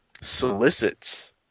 solicits